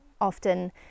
often